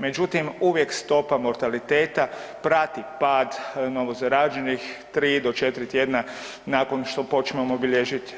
Međutim, uvijek stopa mortaliteta prati pad novo zaraženih 3 do 4 tjedna nakon što počimamo bilježit